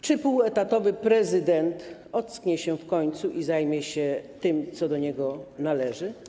Czy półetatowy prezydent ocknie się w końcu i zajmie się tym, co do niego należy?